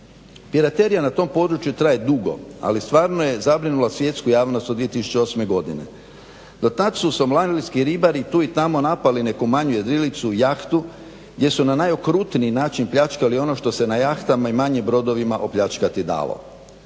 Piraterija na tom području traje dugo, ali stvarno je zabrinula svjetsku javnost od 2008. godine. Do tad su somalijski ribari tu i tamo napali neku manju jedrilicu, jahtu gdje su na najokrutniji način pljačkali ono što se na jahtama i manjim brodovima opljačkati dalo.